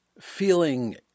Feeling